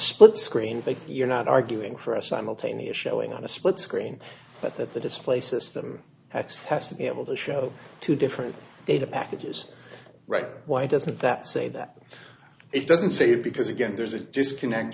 split screen you're not arguing for a simultaneous showing on a split screen but that the display system x has to be able to show two different data packages right why doesn't that say that it doesn't say because again there's a disconnect